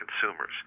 consumers